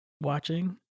watching